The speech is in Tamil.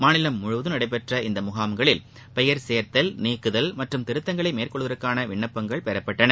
மாநிலம் முழுவதும் நடைபெற்ற இந்த முகாம்களில் பெயர் சேர்த்தல் நீக்குதல் மற்றும் திருத்தங்களை மேற்கொள்வதற்கான விண்ணப்பங்கள் பெறப்பட்டன